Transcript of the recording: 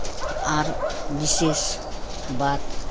आर बिशेष बात